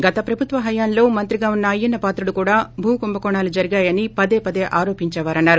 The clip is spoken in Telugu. గత ప్రభుత్వ హయాంలో మంత్రిగా ఉన్న అయ్యన్న పాత్రుడు కూడా భూ కుంభకోణాలు జరిగాయని పదేపదే ఆరోపించేవారన్నారు